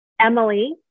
Emily